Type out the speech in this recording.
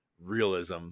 realism